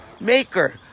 maker